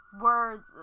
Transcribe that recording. words